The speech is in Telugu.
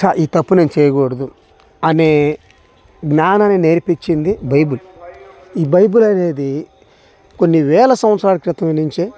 చ ఈ తప్పు నేను చేయకూడదు అనే జ్ఞానని నేర్పిచ్చింది బైబుల్ ఈ బైబుల్ అనేది కొన్ని వేల సంవత్సరాల క్రితంనుంచే